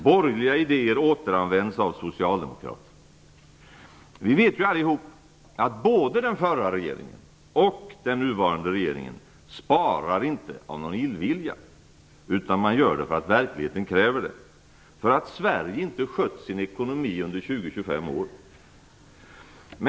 Borgerliga idéer återanvänds av Socialdemokraterna. Vi vet allihop att varken den förra regeringen eller den nuvarande regeringen sparar av någon illvilja. Man gör det för att verkligheten kräver det - för att Sverige inte skött sin ekonomi under 20-25 år.